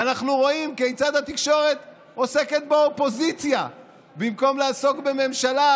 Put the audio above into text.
ואנחנו רואים כיצד התקשורת עוסקת באופוזיציה במקום לעסוק בממשלה,